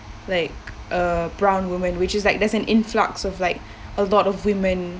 like uh brown woman which is like there's an influx of like a lot of women